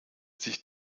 sich